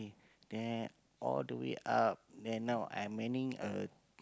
then all the way up then now I'm manning a